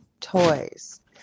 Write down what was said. toys